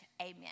Amen